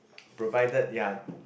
provided ya